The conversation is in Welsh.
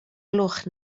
gloch